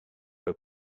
are